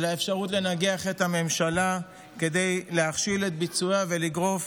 אלא אפשרות לנגח את הממשלה כדי להכשיל את ביצועה ולגרוף